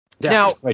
Now